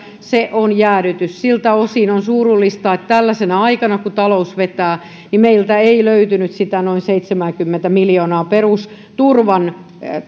se on jäädytys siltä osin on surullista että tällaisena aikana kun talous vetää meiltä ei löytynyt sitä noin seitsemääkymmentä miljoonaa edes perusturvan